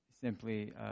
simply